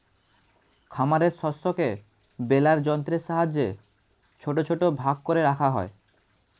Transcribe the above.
খামারের শস্যকে বেলার যন্ত্রের সাহায্যে ছোট ছোট ভাগ করে রাখা হয়